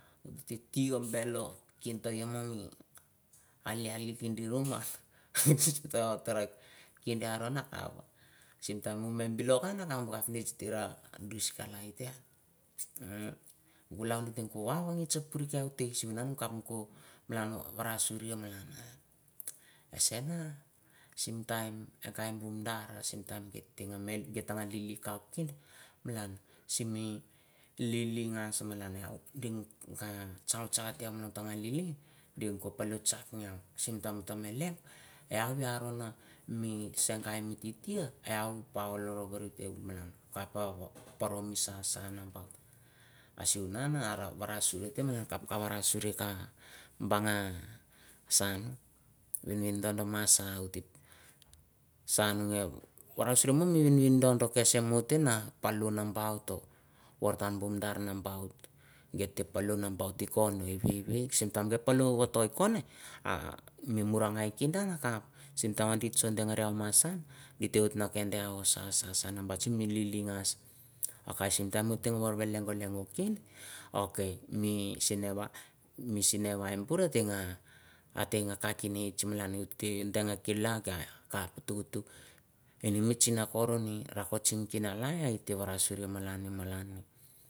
Nge ka e ta varasuria malan ni, bu taim vevemuir i ta si so tur sika kain e vur malan ni, malan simi taim e ta lili tsanga mi lalro vanevan, ok tete mi te taria ita me lengo it te mi sinavo tsaok tskor te kap ba bur oit na palo varasuri e pengan. A simi taim ita me varasuri misa e pengan a et te me dengare nge kea kap bu kapinots ni di te me bra kalai te an. Hmm sivunan mi tino se geit i marar a malan an, a malana an i kap oit na varasuri, i kapoit na varasuri sivunan a mi sinevai simi vinangits se geit ta ma sa sa nambaut, a ta te tere malan an, sim taim tete tere malan an a it te me dengare va bu kapinots di sor do kai mu rakot rakot rakot ra it te ra bait. simi taim i ra bait an akapate mi vavangits ma sa nambaut. okmi ra tsok kov nambaut, tsok kov vato an akapatei ra murangai mo ite me soemi sasa nambaut okapate sim taim e soe bu kain kapinots malan an ta me bait malan an akapate, i te oit na deng kila nge ka akap mi tsinakor, ni, ute me varasuri. a ete me leong a i te mee deng kilal o et te me deng sevan bu kapinots, a kapinots, a kap ba bur oit na tom ke nambautim ngan bu kapinots malan an.